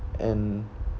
and